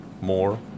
more